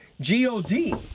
g-o-d